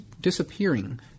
disappearing